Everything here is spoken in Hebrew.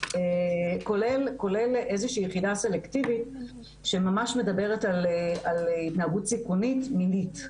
כולל יחידה סלקטיבית שממש מדברת על התנהגות סיכונית מינית,